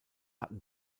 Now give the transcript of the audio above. hatten